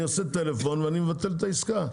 אני מרים טלפון ואני מבטל את העסקה.